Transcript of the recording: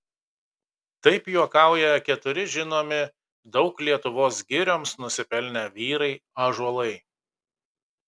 taip juokauja keturi žinomi daug lietuvos girioms nusipelnę vyrai ąžuolai